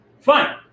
fine